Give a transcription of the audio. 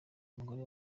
umugore